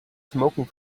smoking